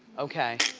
okay.